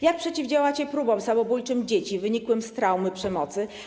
Jak przeciwdziałacie próbom samobójczym wśród dzieci, wynikłym z traumy, przemocy?